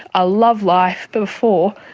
ah love life. before,